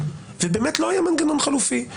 ובאמת לא היה מנגנון חלופי,